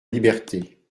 liberté